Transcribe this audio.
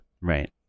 Right